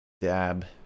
Dab